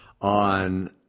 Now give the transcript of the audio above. on